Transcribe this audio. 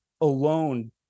alone